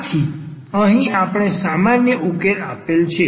આથી અહીં આપણે સામાન્ય ઉકેલ આપેલ છે